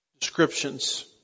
descriptions